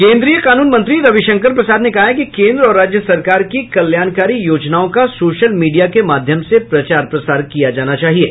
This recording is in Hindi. केंद्रीय कानून मंत्री रविशंकर प्रसाद ने कहा है कि केंद्र और राज्य सरकार की कल्याणकारी योजनाओं का सोशल मीडिया के माध्यम से प्रचार प्रसार किया जाना चाहिये